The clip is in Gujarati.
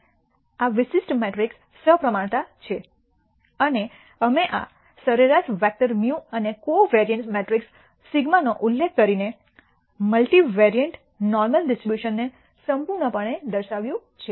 આ વિશિષ્ટ મેટ્રિક્સ સપ્રમાણતા છે અને અમે આ સરેરાશ વેક્ટર μ અને કોવરીઅન્સ મેટ્રિક્સ σનો ઉલ્લેખ કરીને મલ્ટી વેરિએંટ નોર્મલ ડિસ્ટ્રીબ્યુશનને સંપૂર્ણ રૂપે દર્શાવ્યું છે